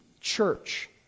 church